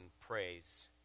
praise